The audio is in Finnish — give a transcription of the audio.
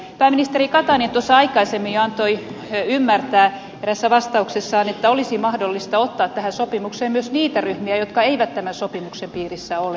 pääministeri katainen aikaisemmin antoi ymmärtää eräässä vastauksessaan että olisi mahdollista ottaa tähän sopimukseen myös niitä ryhmiä jotka eivät tämän sopimuksen piirissä ole